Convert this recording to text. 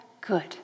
good